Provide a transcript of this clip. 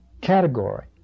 category